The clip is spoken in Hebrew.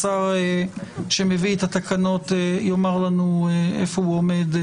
השר שמביא את התקנות יאמר לנו איפה הוא עומד.